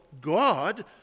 God